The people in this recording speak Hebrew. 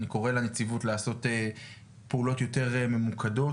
ואני קורא לנציבות לעשות פעולות יותר ממוקדות,